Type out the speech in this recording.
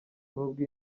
nubwo